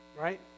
Right